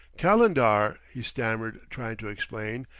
calendar, he stammered, trying to explain,